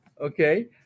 Okay